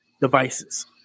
Devices